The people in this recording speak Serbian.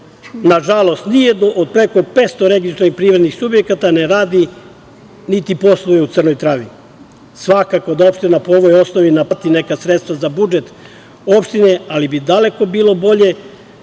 Na žalost ni jedno od preko 500 registrovanih privrednih subjekata ne radi, niti posluje u Crnoj Travi. Svakako, da opština po ovoj osnovi naplati neka sredstva za budžet opštine, ali bi daleko bilo bolje